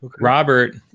Robert